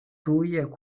தூய